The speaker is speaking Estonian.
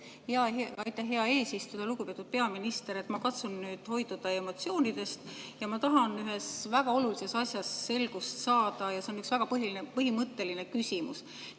hea eesistuja! Lugupeetud peaminister! Ma katsun nüüd hoiduda emotsioonidest. Ma tahan ühes väga olulises asjas selgust saada ja see on üks väga põhimõtteline küsimus.